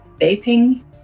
vaping